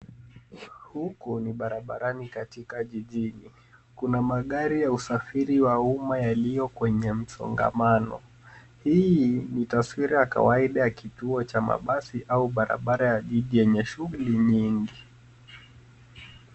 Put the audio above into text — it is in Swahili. Huku ni barabarani katika jijini. Kuna magari ya usafiri wa umma yaliyo kwenye msongamano. Hii ni taswira ya kawaida ya kituo cha mabasi au barabara ya jiji yenye shughuli nyingi.